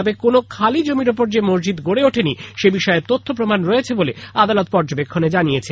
তবে কোন খালি জমির উপর যে মসজিদ গড়ে উঠেনি সে বিষয়ে তথ্য প্রমাণ রয়েছে বলে আদালত পর্যবেক্ষণে জানিয়েছে